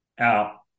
out